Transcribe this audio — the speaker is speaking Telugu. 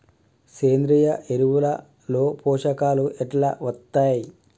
సేంద్రీయ ఎరువుల లో పోషకాలు ఎట్లా వత్తయ్?